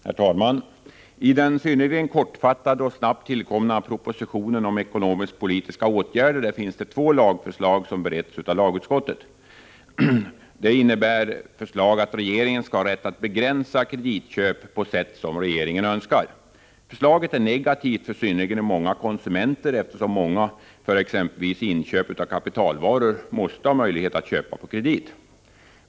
Herr talman! I den synnerligen kortfattade och snabbt tillkomna propositionen om ekonomisk-politiska åtgärder finns två lagförslag, som har beretts av lagutskottet, innebärande förslag att regeringen skall få rätt att begränsa kreditköp på det sätt regeringen önskar. Det förslaget är negativt för många konsumenter, eftersom många exempelvis för inköp av kapitalvaror måste ha möjlighet att köpa på kredit.